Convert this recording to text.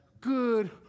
good